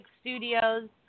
Studios